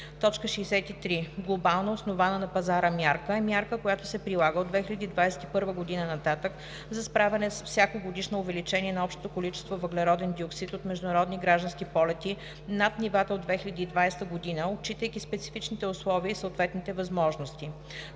63. „Глобална, основана на пазара мярка“ е мярка, която се прилага от 2021 г. нататък за справяне с всяко годишно увеличение на общото количество въглероден диоксид от международни граждански полети над нивата от 2020 г., отчитайки специфичните условия и съответните възможности.